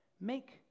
make